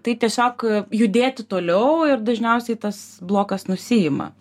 tai tiesiog judėti toliau ir dažniausiai tas blokas nusiima